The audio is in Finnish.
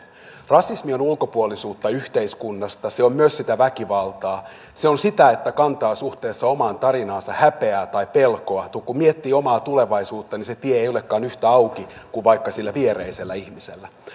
rasismi on on ulkopuolisuutta yhteiskunnasta se on myös sitä väkivaltaa se on sitä että kantaa suhteessa omaan tarinaansa häpeää tai pelkoa kun miettii omaa tulevaisuutta niin se tie ei olekaan yhtä auki kuin vaikka sillä viereisellä ihmisellä